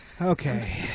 Okay